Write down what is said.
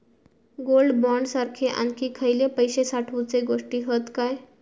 Gold bond सारखे आणखी खयले पैशे साठवूचे गोष्टी हत काय?